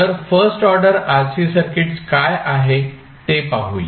तर first order RC circuits काय आहे ते पाहूया